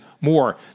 more